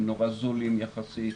הם נורא זולים יחסית,